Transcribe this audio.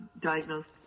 diagnosed